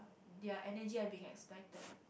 their energy has being excited